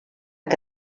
que